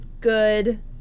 good